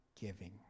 giving